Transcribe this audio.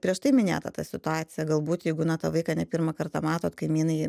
prieš tai minėta ta situacija galbūt jeigu na tą vaiką ne pirmą kartą matot kaimynai